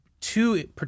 two